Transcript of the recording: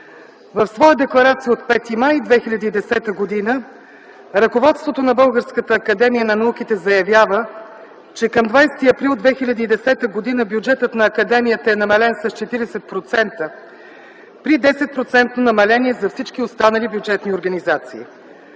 В своя декларация от 5 май 2010 г. ръководството на Българската академия на науките заявява, че към 20 април 2010 г. бюджетът на академията е намален с 40%, при 10-процентно намаление за всички останали бюджетни организации.